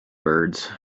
birds